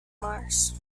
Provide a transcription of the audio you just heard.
mars